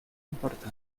importante